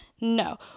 No